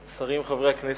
שרים, חברי הכנסת,